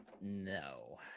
no